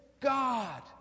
God